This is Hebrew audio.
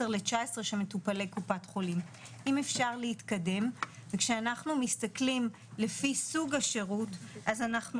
ל-19 שהם מטופלי קופת חולים וכשאנחנו מסתכלים לפי סוג השירות אז אנחנו